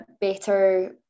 better